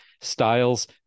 styles